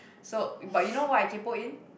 so but you know what I kaypo in